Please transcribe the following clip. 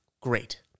great